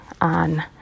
on